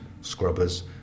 scrubbers